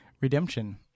Redemption